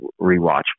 rewatch